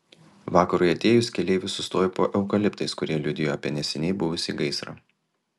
vakarui atėjus keleiviai sustojo po eukaliptais kurie liudijo apie neseniai buvusį gaisrą